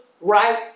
right